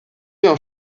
jahr